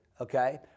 okay